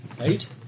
Eight